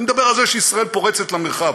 אני מדבר על זה שישראל פורצת למרחב.